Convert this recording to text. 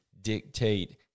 dictate